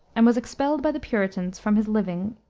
and was expelled by the puritans from his living,